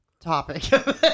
topic